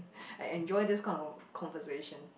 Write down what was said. I enjoy this kind of conversation